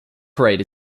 parade